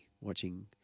watching